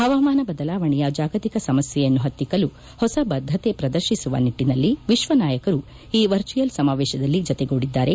ಹವಾಮಾನ ಬದಲಾವಣೆಯ ಜಾಗತಿಕ ಸಮಸ್ಯೆಯನ್ನು ಹತ್ತಿಕ್ಕಲು ಹೊಸ ಬದ್ದತೆ ಪ್ರದರ್ಶಿಸುವ ನಿಟ್ಟಿನಲ್ಲಿ ವಿಶ್ವ ನಾಯಕರು ಈ ವರ್ಚುವಲ್ ಸಮಾವೇಶದಲ್ಲಿ ಜತೆಗೂಡಿದ್ದಾರೆ